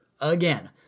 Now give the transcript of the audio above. again